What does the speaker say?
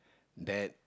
that